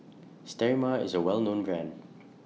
Sterimar IS A Well known Brand